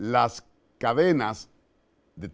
last the